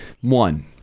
one